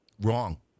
Wrong